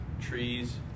trees